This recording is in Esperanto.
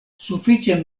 sufiĉe